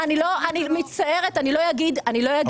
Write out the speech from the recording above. אני מצטערת, אני לא אגיד את זה.